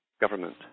government